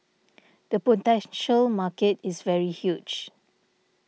the potential market is very huge